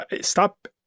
stop